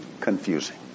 confusing